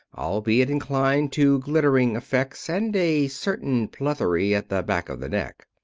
albeit inclined to glittering effects and a certain plethory at the back of the neck.